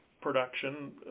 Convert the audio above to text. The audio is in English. production